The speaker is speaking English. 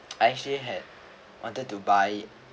I actually had wanted to buy